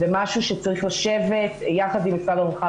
זה משהו שצריך לשבת יחד עם משרד הרווחה